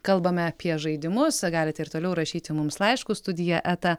kalbame apie žaidimus galite ir toliau rašyti mums laiškus studija eta